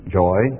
joy